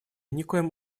никоим